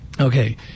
Okay